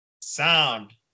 Sound